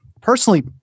personally